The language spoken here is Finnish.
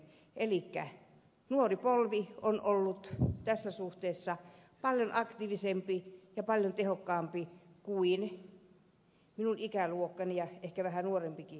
elikkä nuori polvi on ollut tässä suhteessa paljon aktiivisempi ja paljon tehokkaampi kuin minun ikäluokkani ja ehkä vähän nuorempikin toimittajasukupolvi